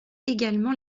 également